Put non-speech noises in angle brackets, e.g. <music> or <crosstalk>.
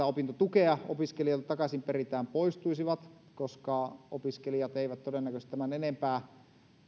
<unintelligible> opintotukea takaisin poistuisivat koska opiskelijat eivät todennäköisesti tämän enempää